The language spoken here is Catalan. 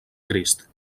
crist